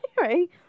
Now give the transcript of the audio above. right